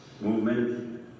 movement